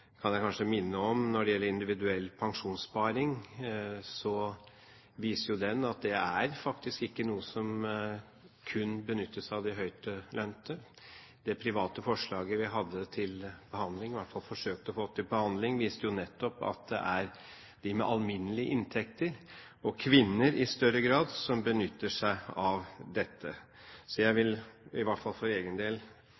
kan jeg kanskje minne om at ordningen med individuell pensjonssparing ikke er noe som kun benyttes av de høytlønte. Det private forslaget vi hadde til behandling, i hvert fall forsøkte å få til behandling, viste jo nettopp at det er de som har alminnelige inntekter, og kvinner i større grad, som benytter seg av dette. Jeg vil